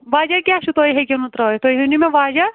وجہہ کیٛاہ چھُ تُہۍ ہیٚکِو نہٕ ترٛٲوِتھ تُہۍ ؤنِو مےٚ وجہہ